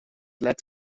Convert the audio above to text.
led